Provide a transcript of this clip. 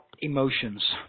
emotions